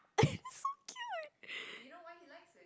so cute